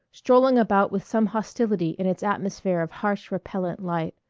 strolling about with some hostility in its atmosphere of harsh repellent light,